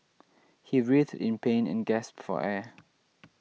he writhed in pain and gasped for air